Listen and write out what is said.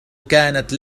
كانت